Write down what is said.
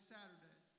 Saturday